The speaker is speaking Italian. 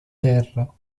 terra